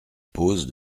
pose